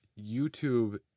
youtube